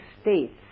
states